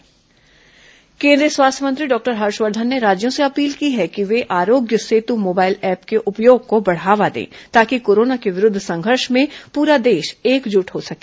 corona Aarogya Setu mobile app केंद्रीय स्वास्थ्य मंत्री डॉक्टर हर्षवर्धन ने राज्यों से अपील की है कि वे आरोग्य सेतु मोबाइल ऐप के उपयोग को बढ़ावा दें ताकि कोरोना के विरूद्व संघर्ष में प्रा देश एकजुट हो सके